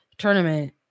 tournament